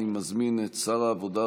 אני מזמין את סגן שר העבודה,